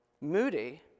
Moody